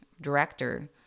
director